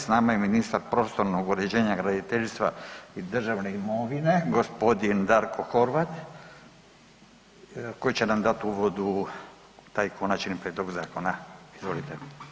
S nama je ministar prostornog uređenja i graditeljstva i državne imovine, g. Darko Horvat koji će nam dat u uvodu taj konačni prijedlog zakona, izvolite.